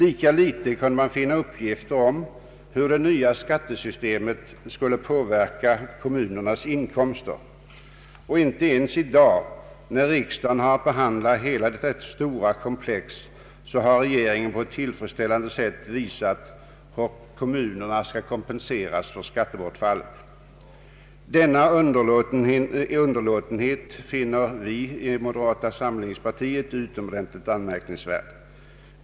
Inte heller kunde man finna uppgifter om hur det nya skulle påverka kommunernas inkomster, och inte ens i dag när riksdagen har att behandla hela detta stora komplex har regeringen på ett tillfredsställande sätt visat hur kommunerna skall kompenseras för skattebortfallet. Denna underlåtenhet finner vi i modarata samlingspartiet utomordentligt anmärkningsvärd.